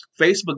Facebook